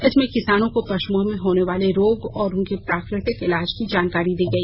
इसमें किसानों को पशुओं में होने वाले रोग और उनके प्राकृतिक इलाज की जानकारी दी गई